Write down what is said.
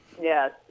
Yes